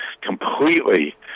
completely